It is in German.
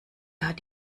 hat